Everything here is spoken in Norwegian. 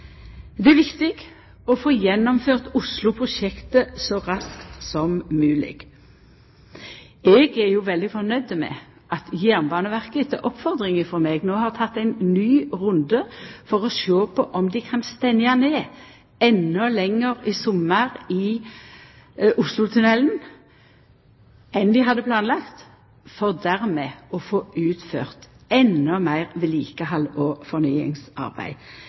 Det er viktig å få gjennomført Oslo-prosjektet så raskt som mogleg. Eg er veldig fornøgd med at Jernbaneverket etter oppfordring frå meg no har teke ein ny runde for å sjå på om dei kan stengja ned endå lenger i sommar i Oslotunnelen enn dei hadde planlagt, for dermed å få utført endå meir vedlikehalds- og fornyingsarbeid.